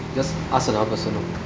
just ask another person orh